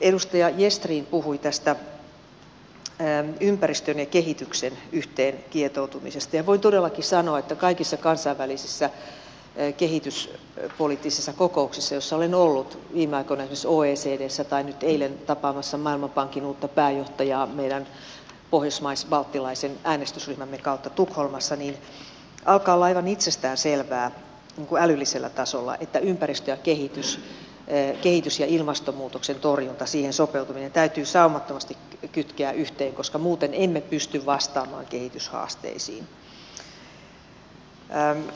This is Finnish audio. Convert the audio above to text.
edustaja gestrin puhui tästä ympäristön ja kehityksen yhteenkietoutumisesta ja voin todellakin sanoa että kaikissa kansainvälisissä kehityspoliittisissa kokouksissa joissa olen ollut viime aikoina esimerkiksi oecdssä tai nyt eilen tapaamassa maailmanpankin uutta pääjohtajaa meidän pohjoismais balttilaisen äänestysryhmämme kautta tukholmassa alkaa olla aivan itsestään selvää ikään kuin älyllisellä tasolla että ympäristö ja kehitys kehitys ja ilmastonmuutoksen torjunta siihen sopeutuminen täytyy saumattomasti kytkeä yhteen koska muuten emme pysty vastaamaan kehityshaasteisiin